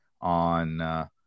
on –